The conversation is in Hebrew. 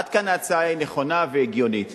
עד כאן ההצעה היא נכונה והגיונית.